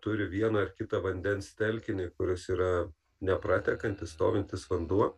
turi vieną ar kitą vandens telkinį kuris yra nepratekantis stovintis vanduo